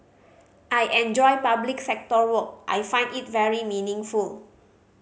I enjoy public sector work I find it very meaningful